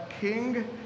king